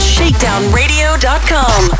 ShakedownRadio.com